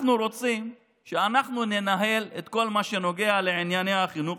אנחנו רוצים שאנחנו ננהל את כל מה שנוגע לענייני החינוך.